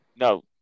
No